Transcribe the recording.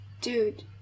dude